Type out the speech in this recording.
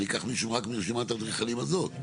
אני אקח מישהו רק מרשימת האדריכלים הזאת?